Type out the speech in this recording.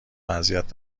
اذیت